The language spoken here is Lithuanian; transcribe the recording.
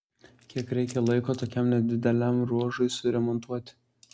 kiek reikia laiko tokiam nedideliam ruožui suremontuoti